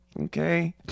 Okay